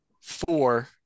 four